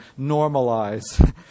normalize